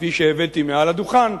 כפי שהבאתי מעל הדוכן,